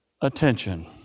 attention